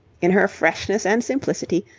in her freshness and simplicity,